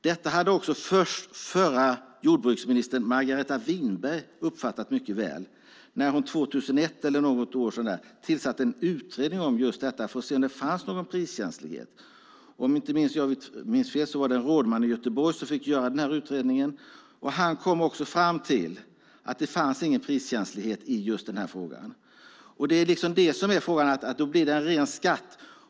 Detta hade också förra jordbruksministern Margareta Winberg uppfattat väl när hon 2001 eller däromkring tillsatte en utredning för att se om det fanns någon priskänslighet. Om jag inte minns fel var det en rådman i Göteborg som fick göra utredningen, och han kom fram till att det inte fanns någon priskänslighet i just denna fråga. Det blir en ren skatt.